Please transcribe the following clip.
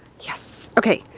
yes. okay,